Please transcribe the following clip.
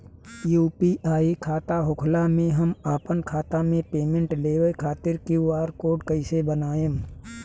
UPI खाता होखला मे हम आपन खाता मे पेमेंट लेवे खातिर क्यू.आर कोड कइसे बनाएम?